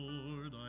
Lord